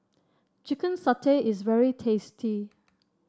Chicken Satay is very tasty